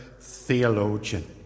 theologian